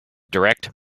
direct